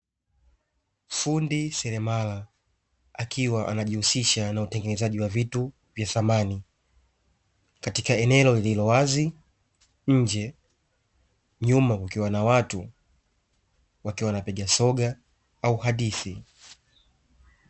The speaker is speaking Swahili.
Fundi seremala akiwa anajihusisha na utengenezaji wa vitu vya samani katika eneo lililowazi nje, nyuma kukiwa na watu wakiwa wanapiga soga au hadithi.